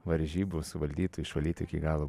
varžybų suvaldytų išvalytų iki galo